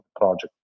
project